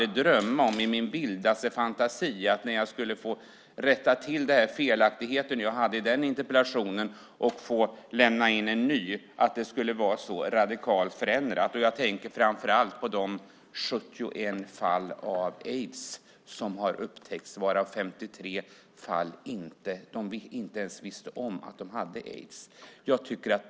Jag kunde dock inte i min vildaste fantasi drömma om att situationen skulle vara så radikalt förändrad när jag rättade till felaktigheten och sedan lämnade in en ny interpellation. Jag tänker framför allt på de 71 fall av aids som upptäckts, varav 53 inte ens visste om att de hade aids.